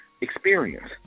experience